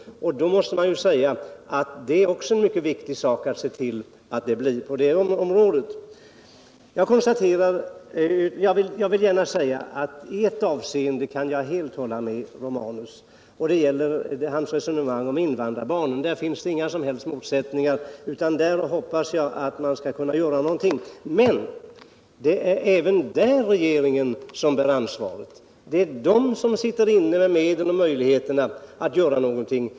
Det är mycket viktigt att se till att det blir så. I ett avseende kan jag helt hålla med Gabriel Romanus. Det gäller hans resonemang om invandrarbarn. Där finns det inga som helst motsättningar, utan där hoppas jag att man skall kunna göra någonting. Men även där är det regeringen som bär ansvaret. Det är den som sitter inne med medel och möjligheter att göra något.